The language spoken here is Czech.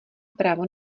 právo